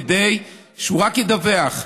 כדי שהוא רק ידווח,